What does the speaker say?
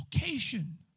location